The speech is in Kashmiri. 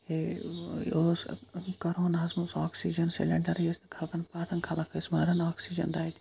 اوس کورونَہَس مَنٛز آکسِجَن سِلیٚنڈرٕے ٲسۍ نہٕ خَلَقَن واتان خَلَق ٲسۍ مَران آکسِجَن دادِ